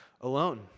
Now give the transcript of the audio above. alone